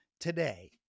today